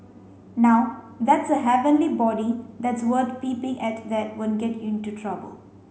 now that's a heavenly body that's worth peeping at that won't get you into trouble